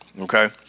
okay